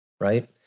right